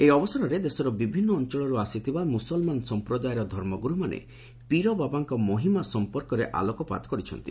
ଏହି ଅବସରରେ ଦେଶର ବିଭିନୁ ଅଞ୍ଚଳରୁ ଆସିଥିବା ମୁସଲମାନ ସମ୍ପ୍ରଦାୟର ଧର୍ମଗୁର୍ମାନେ ପୀରବାବାଙ୍କ ମହିମା ସମ୍ପର୍କରେ ଆଲୋକପାତ କରିଛନ୍ତି